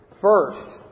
First